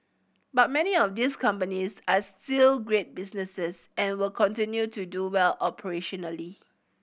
but many of these companies are still great businesses and will continue to do well operationally